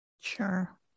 Sure